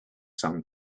sand